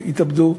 התאבדו.